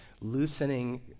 loosening